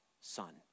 son